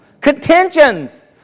Contentions